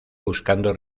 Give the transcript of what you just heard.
buscando